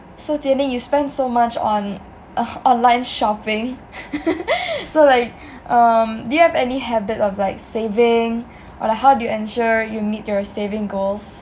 so Jian-Ning you spend so much on online shopping so like um do you have any habit of like saving or like how do you ensure you meet your saving goals